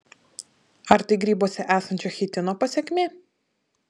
ar tai grybuose esančio chitino pasekmė